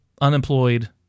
unemployed